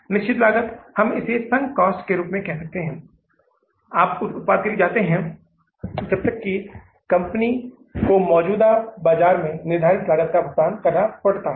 निश्चित लागत हम इसे संक लागत के रूप में कहते हैं आप उस उत्पादन के लिए जाते हैं जब तक कि कंपनी को मौजूदा बाजार में निर्धारित लागत का भुगतान करना पड़ता है